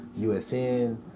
USN